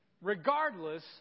regardless